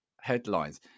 headlines